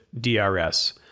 DRS